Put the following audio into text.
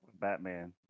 Batman